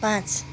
पाँच